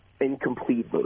incomplete